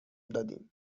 دادیم